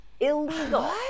illegal